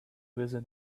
visit